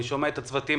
את הצוותים,